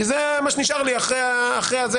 כי זה מה שנשאר לי אחרי הכל.